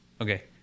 Okay